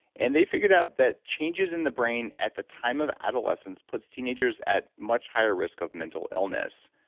and they figured out that changes in the brain at the time of adolescence puts teenagers at much higher risk of mental illness.